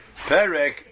Perek